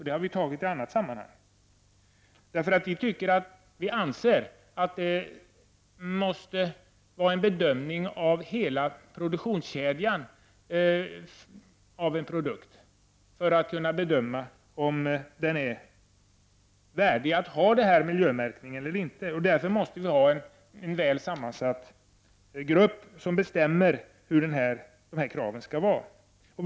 Det har vi diskuterat i annat sammanhang. Vi anser att det måste vara en bedömning av hela produktionskedjan av en produkt för att man skall kunna bedöma om den är värdig att ha denna miljömärkning eller inte. Därför måste vi ha en väl sammansatt grupp som bestämmer hur kraven skall formuleras.